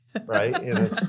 right